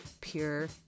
pure